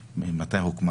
מתי היא הוקמה?